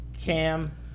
Cam